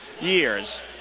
years